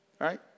right